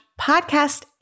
podcast